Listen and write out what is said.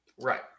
right